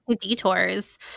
detours